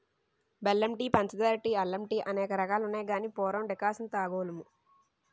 బెల్లం టీ పంచదార టీ అల్లం టీఅనేక రకాలున్నాయి గాని పూర్వం డికర్షణ తాగోలుము